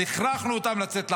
אבל הכרחנו אותם לצאת לעבודה,